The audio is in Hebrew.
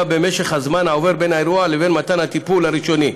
במשך הזמן שעובר בין האירוע לבין מתן הטיפול הראשוני.